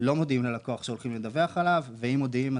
לא מודיעים ללקוח שהולכים לדווח עליו ואם מודיעים,